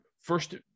first